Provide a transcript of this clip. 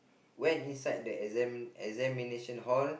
went inside the exam the examination hall